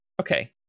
Okay